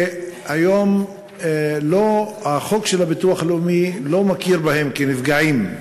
שהיום החוק של הביטוח הלאומי לא מכיר בהם כנפגעים,